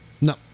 No